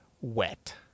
wet